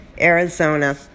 Arizona